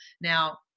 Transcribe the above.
Now